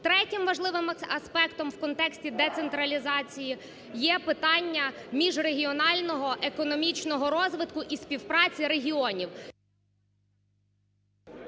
Третім важливим аспектом в контексті децентралізації є питання міжрегіонального економічного розвитку і співпраці регіонів.